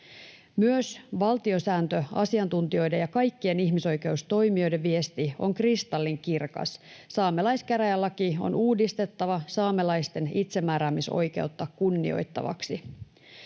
Myös valtiosääntöasiantuntijoiden ja kaikkien ihmisoikeustoimijoiden viesti on kristallinkirkas: saamelaiskäräjälaki on uudistettava saamelaisten itsemääräämisoikeutta kunnioittavaksi.